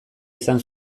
izan